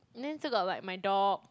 then still got like my dog